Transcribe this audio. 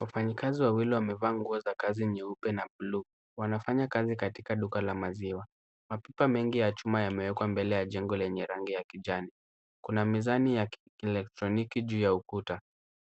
Wafanyikazi wawili wamevaa nguo za kazi nyeupe na buluu, Wanafanyakazi katika duka la maziwa. Mapipa mengi ya chuma yamewekwa mbele ya jengo lenye rangi ya kijani. Kuna mizani ya kielektroniki juu ya ukuta.